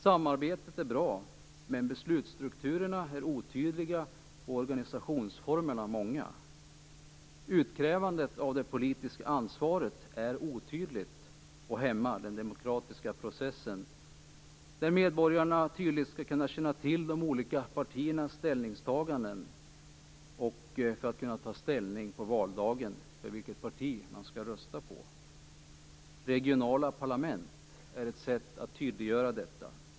Samarbetet är bra, men beslutsstrukturerna är otydliga och organisationsformerna många. Utkrävandet av det politiska ansvaret är otydligt och hämmar den demokratiska processen, där medborgarna tydligt skall kunna känna till de olika partiernas ställningstaganden för att på valdagen kunna ta ställning till vilket parti man skall rösta på. Regionala parlament är ett sätt att tydliggöra detta.